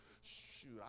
Shoot